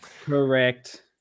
Correct